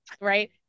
right